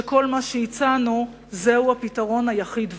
שכל מה שהצענו זהו הפתרון היחיד והנכון.